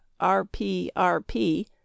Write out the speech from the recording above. RPRP